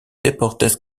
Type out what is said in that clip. deportes